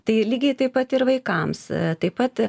tai lygiai taip pat ir vaikams taip pat